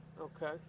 Okay